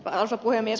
arvoisa puhemies